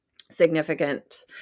significant